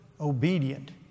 obedient